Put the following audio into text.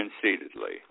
conceitedly